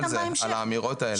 על האמירות האלה.